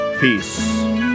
Peace